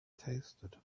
tasted